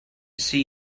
see